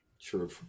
True